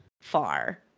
far